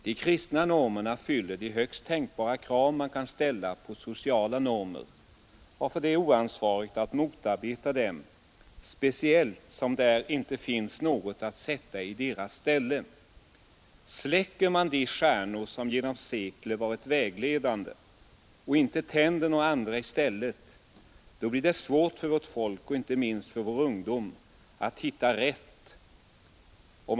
De kristna normerna fyller de högsta tänkbara krav man kan ställa på sociala normer, varför det är oansvarigt att motarbeta dem, speciellt som där inte finns något att sätta i deras ställe. Släcker man de stjärnor som genom sekler varit vägledande och inte tänder några andra i stället, blir det svårt för vårt folk och inte minst för vår ungdom att hitta rätt.